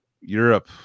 europe